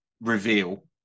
reveal